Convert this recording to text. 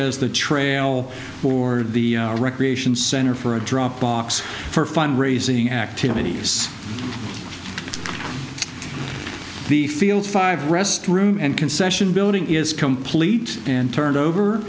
as the trail or the recreation center for a dropbox for fund raising activities in the field five restroom and concession building is complete and turned over